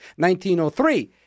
1903